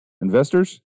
Investors